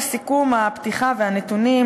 לסיכום הפתיחה והנתונים,